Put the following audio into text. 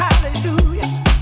Hallelujah